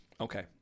Okay